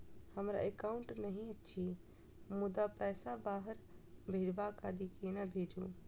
हमरा एकाउन्ट नहि अछि मुदा पैसा बाहर भेजबाक आदि केना भेजू?